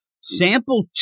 sample